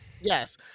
Yes